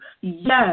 Yes